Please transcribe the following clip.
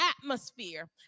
atmosphere